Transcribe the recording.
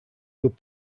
could